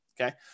okay